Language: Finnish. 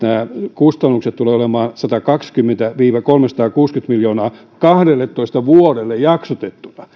kustannukset tulevat olemaan satakaksikymmentä viiva kolmesataakuusikymmentä miljoonaa kahdelletoista vuodelle jaksotettuna ei tämä